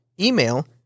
Email